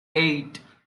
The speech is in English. eight